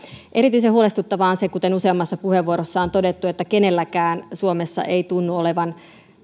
erityisen huolestuttavaa on se kuten useammassa puheenvuorossa on todettu että kenelläkään suomessa ei tunnu olevan